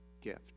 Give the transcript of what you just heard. gift